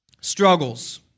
struggles